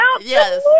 yes